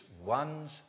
one's